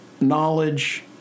knowledge